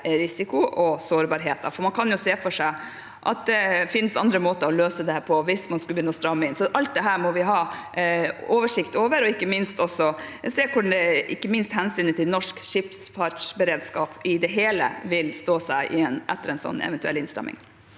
risiko og sårbarheter. Man kan jo se for seg at det finnes andre måter å løse det på hvis man skulle begynne å stramme inn. Så alt dette må vi ha oversikt over, og vi må ikke minst også se på hvordan hensynet til norsk skipsfartsberedskap i det hele vil stå seg etter en eventuell innstramming.